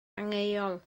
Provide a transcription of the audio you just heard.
angheuol